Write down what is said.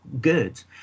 good